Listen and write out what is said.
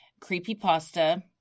creepypasta